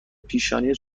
پیشانی